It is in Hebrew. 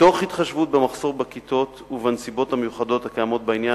מתוך התחשבות במחסור בכיתות ובנסיבות המיוחדות הקיימות בעניין,